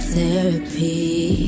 Therapy